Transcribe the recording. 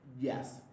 yes